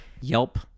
Yelp